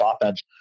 offense